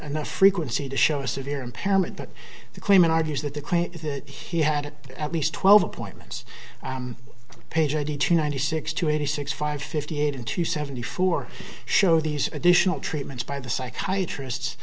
enough frequency to show a severe impairment but the claimant argues that the claim that he had at least twelve appointments page eighty to ninety six to eighty six five fifty eight and two seventy four show these additional treatments by the psychiatry ists